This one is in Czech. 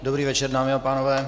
Dobrý večer, dámy a pánové.